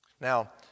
Now